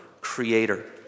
creator